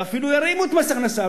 ואפילו ירימו את מס הכנסה,